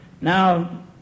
now